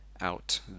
out